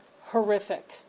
horrific